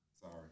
Sorry